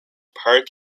park